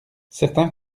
certain